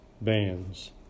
bands